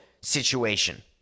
situation